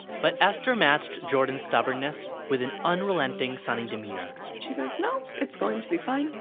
but esther matched jordan's stubbornness with an unrelenting sunny demeanor she goes no, it's going to be fine.